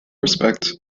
respects